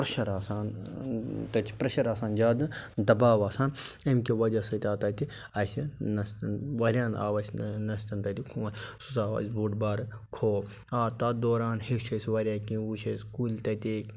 تَتہِ اوس پریٚشر آسان تَتہِ چھُ پریٚشر آسان زیادٕ دَباو آسان اَمہِ کہِ وَجہ سۭتۍ آو تَتہِ اَسہِ نستن وارِیاہن آو اَسہِ نستن تَتہِ خون سُہ ژاو اَسہِ بوٚڑ بارٕ خوف آ تَتھ دوران ہیٚچھ اَسہِ وارِیاہ کیٚنٛہہ وٕچھ اَسہِ کُلۍ تَتے